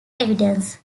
evidence